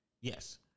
yes